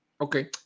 Okay